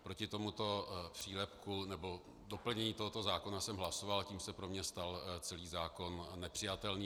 Proti tomuto přílepku nebo doplnění tohoto zákona jsem hlasoval a tím se pro mě stal celý zákon nepřijatelný.